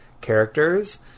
characters